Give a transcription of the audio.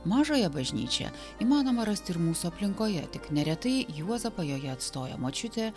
mažąją bažnyčią įmanoma rasti ir mūsų aplinkoje tik neretai juozapą joje atstoja močiutė